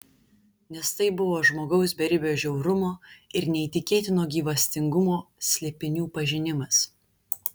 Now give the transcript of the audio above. nes tai buvo žmogaus beribio žiaurumo ir neįtikėtino gyvastingumo slėpinių pažinimas